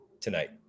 tonight